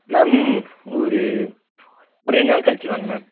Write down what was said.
ma'am ஒரு ஒரு ரெண்டு நாள் கழிச்சு வாங்க மேம்